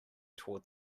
toward